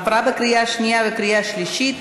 עברה בקריאה השנייה ובקריאה השלישית,